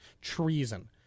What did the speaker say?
treason